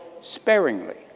sparingly